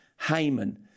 Haman